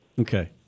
Okay